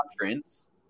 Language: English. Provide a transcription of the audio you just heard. conference